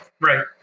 Right